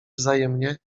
wzajemnie